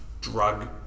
drug